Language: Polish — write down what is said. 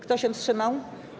Kto się wstrzymał?